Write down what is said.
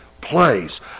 place